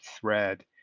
thread